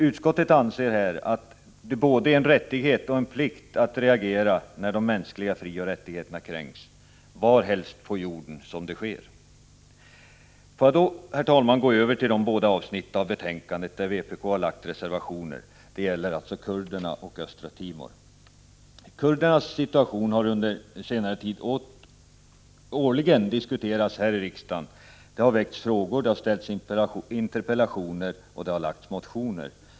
Utskottet anser här att det både är en rättighet och en plikt att reagera när de mänskliga frioch rättigheterna kränks, varhelst på jorden det sker. Herr talman! Får jag så gå över till de båda avsnitt av betänkandet där vpk har avgett reservationer. Det gäller alltså kurderna och Östra Timor. Kurdernas situation har under senare tid årligen diskuterats här i riksdagen. Det har ställts frågor, framställts interpellationer och väckts motioner.